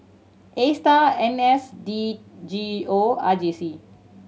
Astar N S D G O R J C